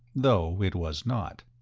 though it was not.